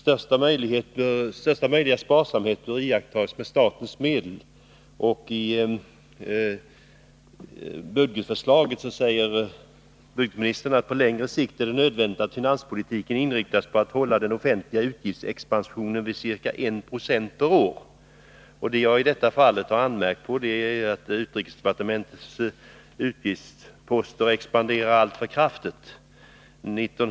Herr talman! Största möjliga sparsamhet bör iakttas med statens medel. I budgetförslaget säger budgetministern att det på längre sikt är nödvändigt att finanspolitiken inriktas på att hålla den offentliga utgiftsexpansionen vid ca 196 per år. Det jag i detta fall har anmärkt på är att utrikesdepartementets utgiftsposter expanderar alltför kraftigt.